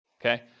Okay